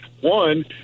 one